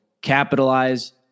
capitalize